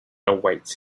awaits